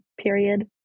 period